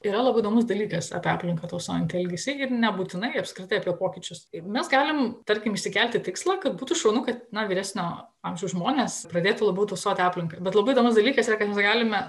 yra labai įdomus dalykas apie aplinką tausojantį elgesį ir nebūtinai apskritai apie pokyčius ir mes galim tarkim išsikelti tikslą kad būtų šaunu kad nuo vyresnio amžiaus žmonės pradėtų labiau tausoti aplinką bet labai įdomus dalykas kad galime